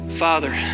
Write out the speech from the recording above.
Father